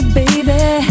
baby